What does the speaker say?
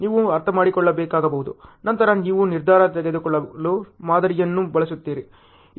ನೀವು ಅರ್ಥಮಾಡಿಕೊಳ್ಳಬೇಕಾಗಬಹುದು ನಂತರ ನೀವು ನಿರ್ಧಾರ ತೆಗೆದುಕೊಳ್ಳಲು ಮಾದರಿಯನ್ನು ಬಳಸುತ್ತೀರಿ